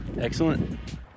Excellent